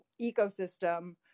ecosystem